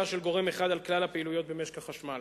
של גורם אחד על כלל הפעילויות במשק החשמל.